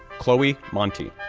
chloe monty,